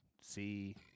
See